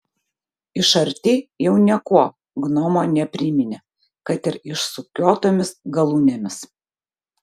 iš arti jau niekuo gnomo nepriminė kad ir išsukiotomis galūnėmis